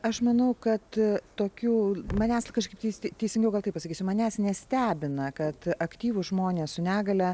aš manau kad tokių manęs kažkaip tai teisingiau gal taip pasakysiu manęs nestebina kad aktyvūs žmonės su negalia